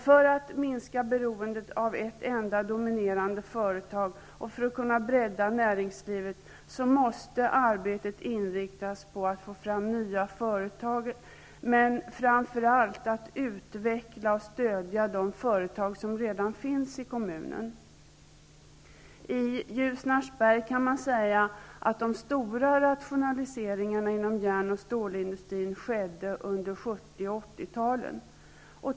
För att minska beroendet av ett enda dominerande företag och för att näringslivet skall kunna breddas måste arbetet inriktas på att få fram nya företag, men framför allt gäller det att utveckla och stödja de företag som redan finns i kommunen. I Ljusnarsberg kan man säga att de stora rationaliseringarna inom järn och stålindustrin skedde under 70 och 80-talen.